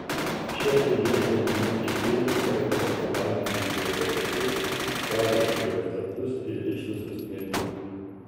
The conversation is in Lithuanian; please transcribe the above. šefai ieško naujų tiekėjų perka kontrabandinius delikatesus perrašo receptus ir ištisus meniu